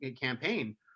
campaign